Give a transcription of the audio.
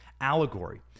allegory